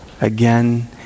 again